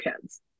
kids